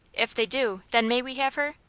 if they do, then may we have her?